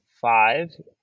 five